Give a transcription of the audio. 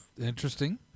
Interesting